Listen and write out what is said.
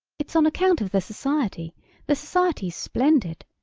it's on account of the society the society's splendid.